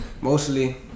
Mostly